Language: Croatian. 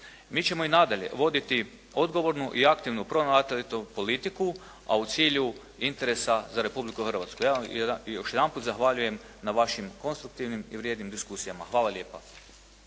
Mi ćemo i nadalje voditi odgovornu i aktivnu pronatalitetnu politiku, a u cilju interesa za Republiku Hrvatsku. Ja vam još jedanput zahvaljujem na vašim konstruktivnim i vrijednim diskusijama. Hvala lijepa.